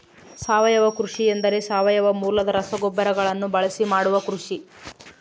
ಸಾವಯವ ಕೃಷಿ ಎಂದರೆ ಸಾವಯವ ಮೂಲದ ರಸಗೊಬ್ಬರಗಳನ್ನು ಬಳಸಿ ಮಾಡುವ ಕೃಷಿ